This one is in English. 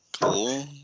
Cool